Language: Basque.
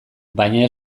baina